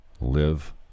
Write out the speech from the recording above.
live